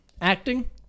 Acting